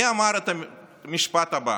מי אמר את המשפט הבא: